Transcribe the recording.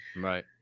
Right